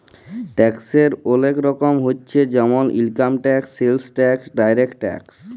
ট্যাক্সের ওলেক রকমের হচ্যে জেমল income tax, sales tax, direct tax